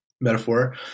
metaphor